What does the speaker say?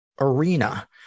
arena